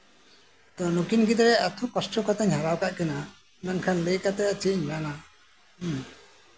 ᱟᱫᱚ ᱱᱩᱠᱤᱱ ᱜᱤᱫᱽᱨᱟᱹ ᱮᱛᱚ ᱠᱚᱥᱴᱚ ᱠᱟᱛᱮᱜ ᱦᱟᱨᱟᱣ ᱠᱟᱜ ᱠᱤᱱᱟ ᱞᱟᱹᱭ ᱠᱟᱛᱮᱜ ᱪᱮᱫ ᱤᱧ ᱢᱮᱱᱟ ᱦᱮᱸ